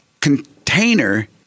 container